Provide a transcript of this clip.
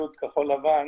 ציוד כחול-לבן,